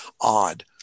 odd